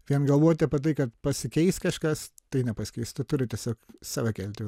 vien galvoti apie tai kad pasikeis kažkas tai nepasikeis tu turi tiesiog save kelti